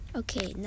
okay